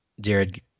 Jared